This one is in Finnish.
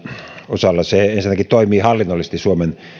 osalta se ensinnäkin toimii hallinnollisesti suomen